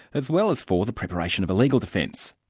as well as for the preparation of a legal defence.